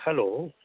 hello